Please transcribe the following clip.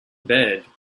baird